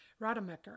Rademacher